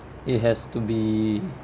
it has to be